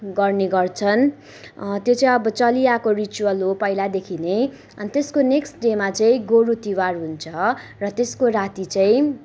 गर्ने गर्छन् त्यो चाहिँ अब चलिआएको रिचुअल हो पहिलादेखि नै अनि त्यसको नेक्स्ट डेमा चाहिँ गोरु तिहार हुन्छ र त्यसको राति चाहिँ